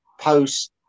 post